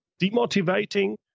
demotivating